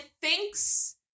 thinks